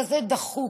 והרוב כזה דחוק,